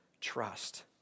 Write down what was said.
Trust